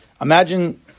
imagine